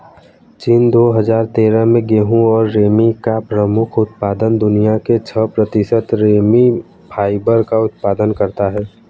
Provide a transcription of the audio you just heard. चीन, दो हजार तेरह में गेहूं और रेमी का प्रमुख उत्पादक, दुनिया के छह प्रतिशत रेमी फाइबर का उत्पादन करता है